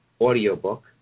audiobook